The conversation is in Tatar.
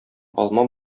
алма